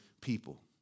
people